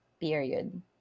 period